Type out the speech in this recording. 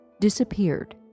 disappeared